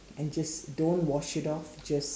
and just don't wash it off just